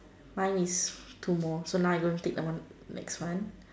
fine with two more so now we're gonna take the one next one